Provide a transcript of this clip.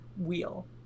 Wheel